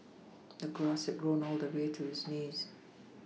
the grass had grown all the way to his knees